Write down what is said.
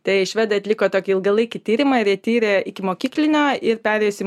tai švedai atliko tokį ilgalaikį tyrimą ir jie tyrė ikimokyklinio ir perėjus į